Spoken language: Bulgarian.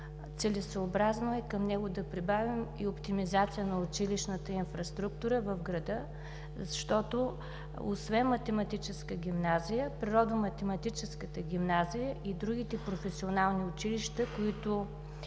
целесъобразно е към него да прибавим и оптимизация на училищната инфраструктура в града, защото освен Математическата гимназия, Природо-математическата гимназия и другите професионални училища, които